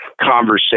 conversation